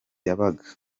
yabaga